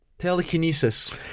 Telekinesis